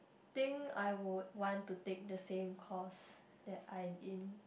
think I would want to take the same course that I am in